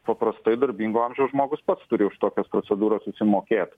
paprastai darbingo amžiaus žmogus pats turi už tokias procedūras susimokėt